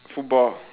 football